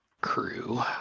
crew